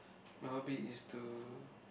my hobby is to